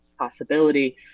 possibility